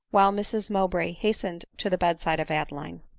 while mrs mowbray hastened to the bedside of adeline.